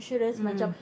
mm mm